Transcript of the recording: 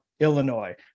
Illinois